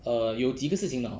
err 有几个事情的 hor